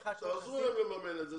תעזרו להם לממן את זה.